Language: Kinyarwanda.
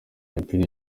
imipira